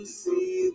see